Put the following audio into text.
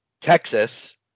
Texas